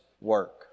work